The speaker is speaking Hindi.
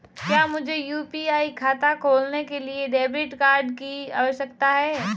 क्या मुझे यू.पी.आई खाता खोलने के लिए डेबिट कार्ड की आवश्यकता है?